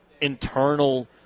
internal